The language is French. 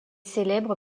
célèbre